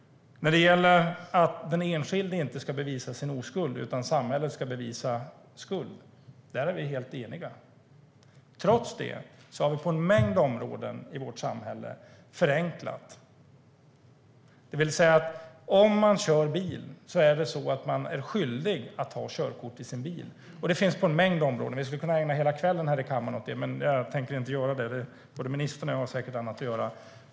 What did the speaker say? När det gäller att den enskilde inte ska bevisa sin oskuld utan att samhället ska bevis skuld är vi helt eniga. Trots det har vi förenklat på en mängd områden i vårt samhälle. Om man kör bil är man skyldig att ha körkort i sin bil. Liknande finns på en mängd områden. Vi skulle kunna ägna hela kvällen här i kammaren åt det, men jag tror att både ministern och jag har annat att göra.